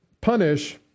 punish